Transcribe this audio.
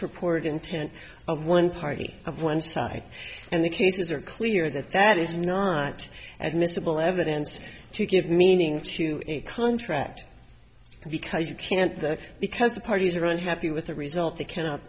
purported intent of one party of one side and the cases are clear that that is not and miscible evidence to give meaning to a contract because you can't that because the parties are unhappy with the result they cannot